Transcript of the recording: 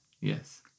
Yes